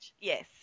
Yes